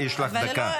יש לך דקה.